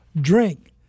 drink